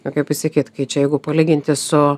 na kaip pasakyt kai čia jeigu palyginti su